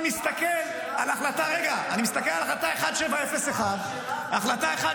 אני מסתכל על החלטה 1701 --- תחכה,